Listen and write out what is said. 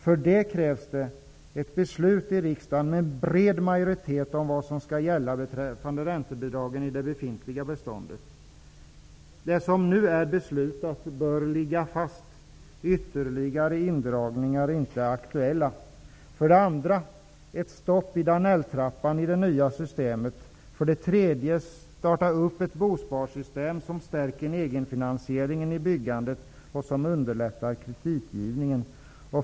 För det krävs ett beslut med en bred majoritet i riksdagen om vad som skall gälla beträffande räntebidragen i det befintliga beståndet. Det som nu har beslutats bör ligga fast. Ytterligare indragningar är inte aktuella. För det andra: Inför ett stopp i ''Danell-trappan'' i det nya systemet! För det tredje: Starta ett bosparsystem som stärker egenfinansieringen i byggandet och underlättar kreditgivningen.